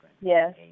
Yes